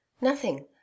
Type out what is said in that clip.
Nothing